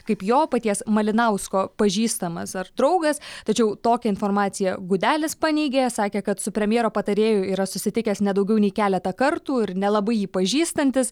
kaip jo paties malinausko pažįstamas ar draugas tačiau tokią informaciją gudelis paneigė sakė kad su premjero patarėju yra susitikęs ne daugiau nei keletą kartų ir nelabai jį pažįstantis